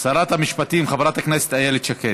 שרת המשפטים חברת הכנסת איילת שקד.